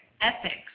ethics